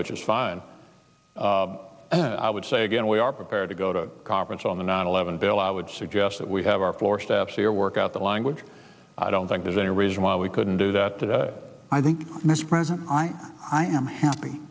which is fine i would say again we are prepared to go to conference on the nine eleven bill i would suggest that we have our floor staff here work out the language i don't think there's any reason why we couldn't do that today i think mr president i i am happy